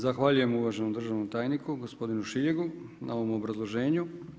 Zahvaljujem uvaženom državnom tajniku gospodinu Šiljegu na ovom obrazloženju.